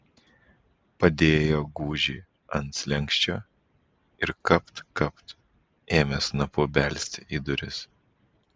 padėjo gūžį ant slenksčio ir kapt kapt ėmė snapu belsti į duris